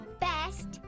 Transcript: Best